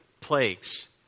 plagues